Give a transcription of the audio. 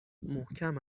محکم